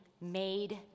made